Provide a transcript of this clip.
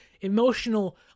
emotional